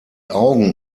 augen